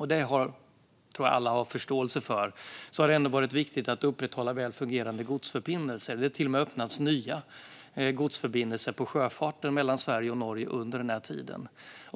vilket jag tror att alla har förståelse för, har det varit viktigt att upprätthålla väl fungerande godsförbindelser. Det har till och med öppnats nya godsförbindelser för sjöfarten mellan Sverige och Norge under den här tiden.